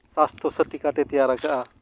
ᱥᱟᱥᱛᱷᱚ ᱥᱟᱛᱷᱤ ᱠᱟᱨᱰᱮ ᱛᱮᱭᱟᱨ ᱠᱟᱜᱼᱟ